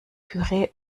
püree